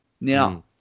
Now